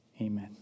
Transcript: amen